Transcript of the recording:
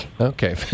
Okay